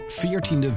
14e